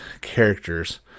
characters